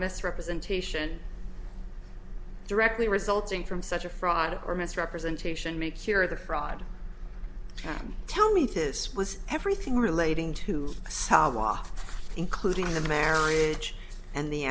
misrepresentation directly resulting from such a fraud or misrepresentation may cure the fraud tell me this was everything relating to solve off including the marriage and the